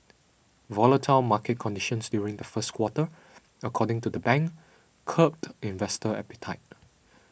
volatile market conditions during the first quarter according to the bank curbed investor appetite